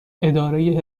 اداره